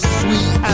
sweet